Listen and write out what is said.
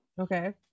Okay